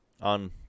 on